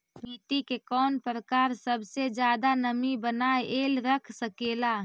मिट्टी के कौन प्रकार सबसे जादा नमी बनाएल रख सकेला?